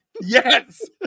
Yes